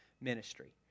ministry